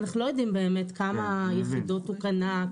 אנחנו לא יודעים באמת כמה יחידות הוא קנה,